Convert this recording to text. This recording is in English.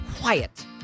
quiet